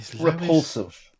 repulsive